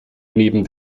neben